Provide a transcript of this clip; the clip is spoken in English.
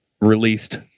released